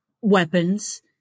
weapons